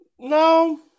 No